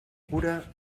cura